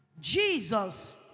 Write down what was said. Jesus